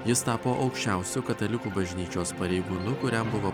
jis tapo aukščiausiu katalikų bažnyčios pareigūnu kuriam buvo